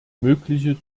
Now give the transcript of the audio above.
mögliche